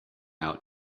out